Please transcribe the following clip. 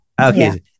Okay